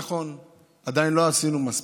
נכון,